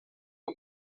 que